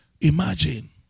Imagine